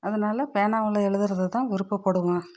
அதனால பேனாவில் எழுதுறதுதான் விருப்பப்படுவேன்